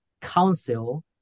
Council